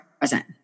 present